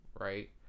right